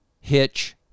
hitch